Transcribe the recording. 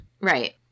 Right